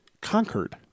conquered